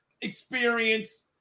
experience